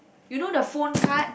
you know the phone card